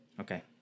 Okay